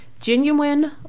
Genuine